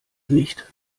nicht